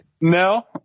No